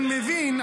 מבין,